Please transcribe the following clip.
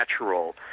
natural